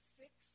fix